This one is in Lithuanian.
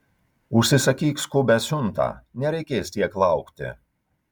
užsisakyk skubią siuntą nereikės tiek laukti